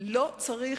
לא צריך